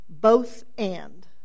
both-and